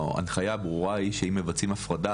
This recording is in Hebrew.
ההנחיה הברורה היא שאם מבצעים הפרדה,